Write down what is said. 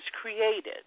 created